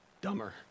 dumber